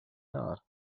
not